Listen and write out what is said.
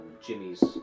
Jimmy's